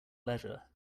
leisure